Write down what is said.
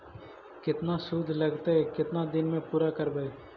केतना शुद्ध लगतै केतना दिन में पुरा करबैय?